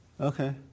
Okay